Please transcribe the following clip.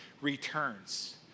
returns